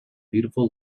beautiful